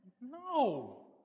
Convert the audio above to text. No